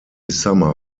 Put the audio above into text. summer